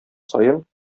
саен